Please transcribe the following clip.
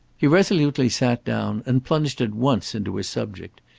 he resolutely sat down, and plunged at once into his subject.